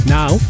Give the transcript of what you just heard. now